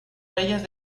reyes